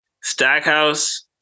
Stackhouse